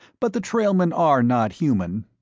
but the trailmen are not human.